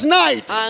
nights